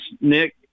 Nick